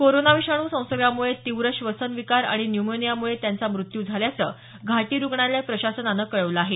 corona विषाणू संसर्गामुळे तीव्र श्वसन विकार आणि न्यूमोनियामुळे त्यांचा मृत्यू झाल्याचं घाटी रुग्णालय प्रशासनानं कळवलं आहे